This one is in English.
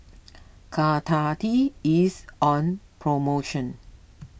Caltrate is on promotion